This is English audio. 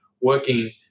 working